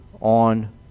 on